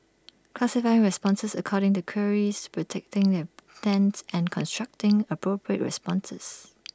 classifying responses according to queries predicting their intents and constructing appropriate responses